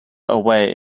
away